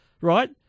Right